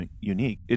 unique